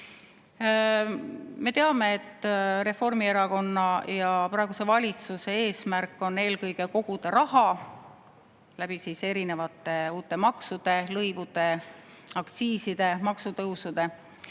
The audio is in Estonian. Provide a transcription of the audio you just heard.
Me teame, et Reformierakonna ja praeguse valitsuse eesmärk on eelkõige koguda erinevate uute maksude, lõivude, aktsiiside, maksutõusude